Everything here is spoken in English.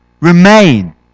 Remain